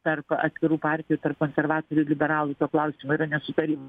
tarp atskirų partijų tarp konservatorių ir liberalų tuo klausimų yra nesutarimų